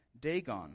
Dagon